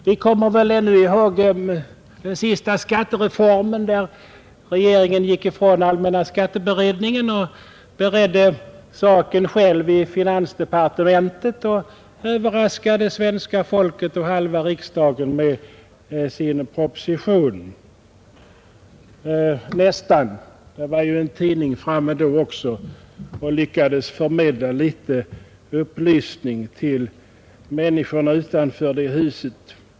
Vi kommer väl ännu ihåg den senaste skattereformen, där regeringen gick ifrån allmänna skatteberedningen, beredde saken själv i finansdepartementet och överraskade svenska folket och halva riksdagen med sin proposition — nästan; det var ju en tidning framme då också och lyckades förmedla litet upplysning till människorna utanför kanslihuset.